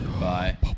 Bye